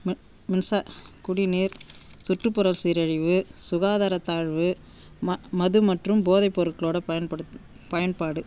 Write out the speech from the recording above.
மி மின்சா குடிநீர் சுற்றுப்புற சீரழிவு சுகாதார தாழ்வு ம மது மற்றும் போதைப் பொருட்களோட பயன்படுத் பயன்பாடு